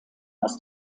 aus